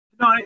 No